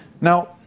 Now